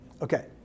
Okay